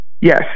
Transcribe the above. Yes